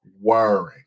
wiring